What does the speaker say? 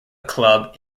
club